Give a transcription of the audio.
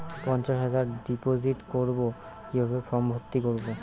পঞ্চাশ হাজার ডিপোজিট করবো কিভাবে ফর্ম ভর্তি করবো?